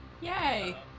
Yay